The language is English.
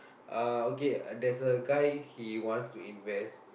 uh okay there's a guy he wants to invest